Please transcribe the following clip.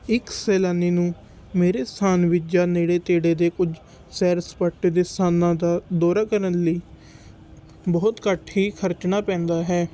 ਇੱਕ ਸੈਲਾਨੀ ਨੂੰ ਮੇਰੇ ਸਥਾਨ ਵਿਚ ਜਾਂ ਨੇੜੇ ਤੇੜੇ ਦੇ ਕੁਝ ਸੈਰ ਸਪਾਟੇ ਦੇ ਸਥਾਨਾਂ ਦਾ ਦੌਰਾ ਕਰਨ ਲਈ ਬਹੁਤ ਘੱਟ ਹੀ ਖਰਚਣਾ ਪੈਂਦਾ ਹੈ